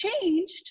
changed